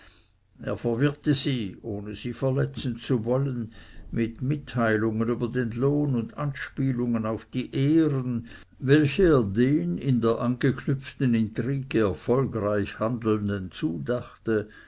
er verwirrte sie ohne sie verletzen zu wollen mit mitteilungen über den lohn und anspielungen auf die ehren welche er den in der angeknüpften intrige erfolgreich handelnden zudachte